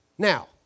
Now